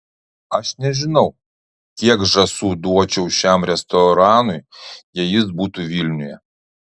aš nežinau kiek žąsų duočiau šiam restoranui jei jis būtų vilniuje